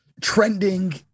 trending